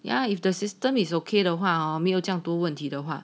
ya if the system is okay 的话哦没有这样多问题的话